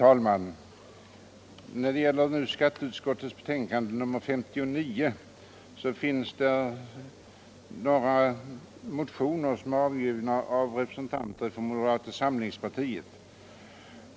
Herr talman! I skatteutskottets betänkande nr 59 behandlas Kungl. Maj:ts proposition nr 164 samt ett antal motioner av vilka några väckts av representanter för moderata samlingspartiet.